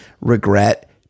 regret